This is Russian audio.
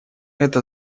это